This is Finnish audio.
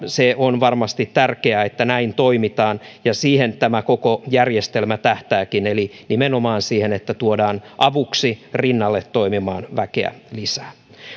se on varmasti tärkeää että näin toimitaan ja siihen tämä koko järjestelmä tähtääkin eli nimenomaan siihen että tuodaan avuksi rinnalle toimimaan väkeä lisää